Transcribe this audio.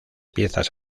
piezas